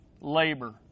labor